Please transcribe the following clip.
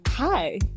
Hi